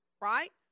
Right